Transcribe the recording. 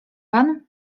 pan